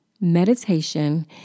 Meditation